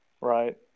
right